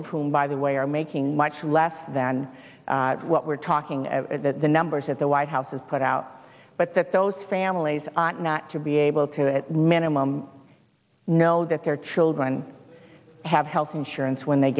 of whom by the way are making much less than what we're talking a numbers at the white house is put out but that those families not to be able to minimum know that their children have health insurance when they